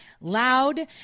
loud